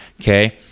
okay